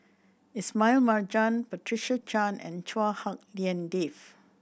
Ismail Marjan Patricia Chan and Chua Hak Lien Dave